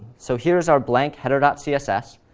so here's our blank header ah css,